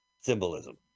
symbolism